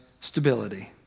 stability